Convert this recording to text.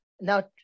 now